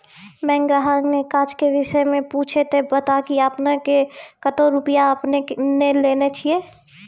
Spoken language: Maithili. बैंक ग्राहक ने काज के विषय मे पुछे ते बता की आपने ने कतो रुपिया आपने ने लेने छिए?